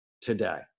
today